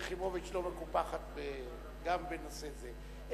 חברת הכנסת יחימוביץ לא מקופחת גם בנושא זה.